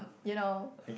you know